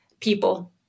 people